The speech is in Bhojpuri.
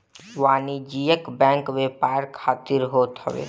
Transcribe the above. वाणिज्यिक बैंक व्यापार खातिर होत हवे